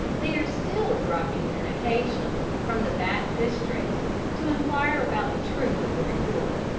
they are still dropping in occasionally from the back districts to inquire about the truth of the report.